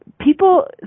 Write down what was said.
people